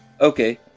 okay